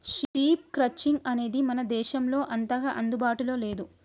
sheep crutching అనేది మన దేశంలో అంతగా అందుబాటులో లేదు